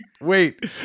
wait